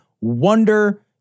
wonder